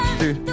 two